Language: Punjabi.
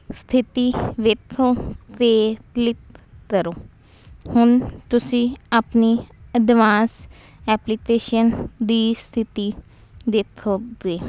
ਸਥਿਤੀ ਵਿਥੋਂ 'ਤੇ ਕਲਿਕ ਕਰੋ ਹੁਣ ਤੁਸੀਂ ਆਪਣੀ ਐਦਵਾਂਸ ਐਪਲੀਕੇਸ਼ਨ ਦੀ ਸਥਿਤੀ ਦੇਖੋਗੇ